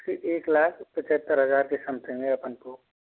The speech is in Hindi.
एक लाख पचहत्तर हज़ार के सम्थिंग है अपन को